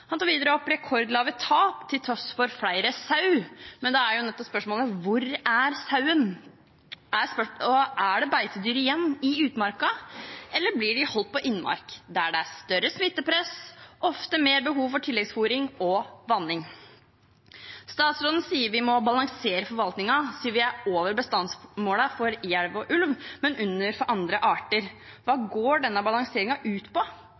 Han tar videre opp rekordlave tap til tross for flere sauer, men da er nettopp spørsmålet: Hvor er sauen? Er det beitedyr igjen i utmarka, eller blir de holdt på innmark, der det er større smittepress og ofte mer behov for tilleggsfôring og -vanning? Statsråden sier at vi må balansere forvaltningen til vi er over bestandsmålet for jerv og ulv, men under for andre arter. Hva går denne balanseringen ut på?